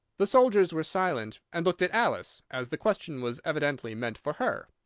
the soldiers were silent, and looked at alice, as the question was evidently meant for her.